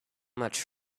much